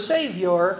Savior